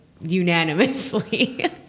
unanimously